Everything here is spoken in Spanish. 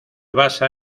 basa